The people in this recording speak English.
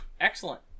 Excellent